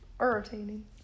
Irritating